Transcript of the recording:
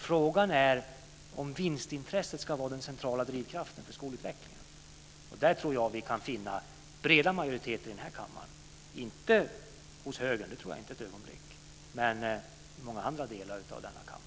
Frågan är om vinstintresset ska vara den centrala drivkraften för skolutvecklingen. Jag tror att vi kan finna breda majoriteter i den här kammaren. Jag tror inte ett ögonblick att vi gör det hos högern men i många andra delar av denna kammare.